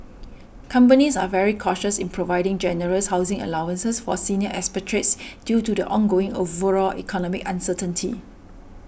companies are very cautious in providing generous housing allowances for senior expatriates due to the ongoing overall economic uncertainty